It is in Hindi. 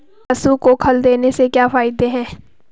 पशु को खल देने से क्या फायदे हैं?